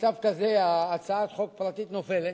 במצב כזה הצעת חוק פרטית נופלת.